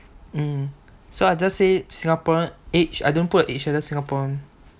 mm so I just say singaporeans aged I don't put a age ah I just put singaporeans